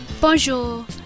Bonjour